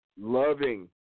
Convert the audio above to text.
loving